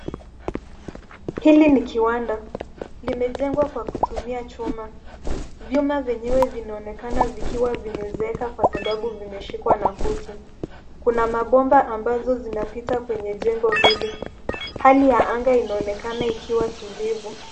Hili ni kiwanda, limejengwa kwa kutumia chuma, vyuma vyenyewe vinaonekana vikiwa vimezeeka kwa sababu vimeshikwa na kutu, kuna mabomba ambazo zinapita kwenye jengo hili, hali ya anga inaonekana ikiwa tulivu.